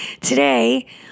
today